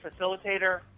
facilitator